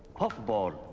puffball.